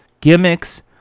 Gimmicks